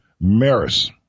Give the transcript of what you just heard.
Maris